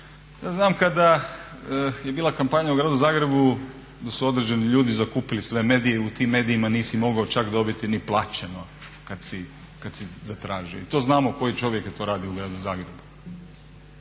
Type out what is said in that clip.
Ja znam kada je bila kampanja u gradu Zagrebu onda su određeni ljudi zakupili sve medije i u tim medijima nisi čak mogao dobiti ni plaćeno kada si zatražio i to znamo koji čovjek je to radio u gradu Zagrebu.